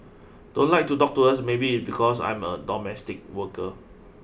don't like to talk to us maybe it because I am a domestic worker